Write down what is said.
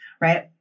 right